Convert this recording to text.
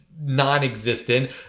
non-existent